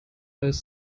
als